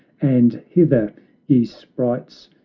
and hither ye sprites,